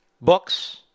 books